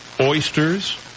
oysters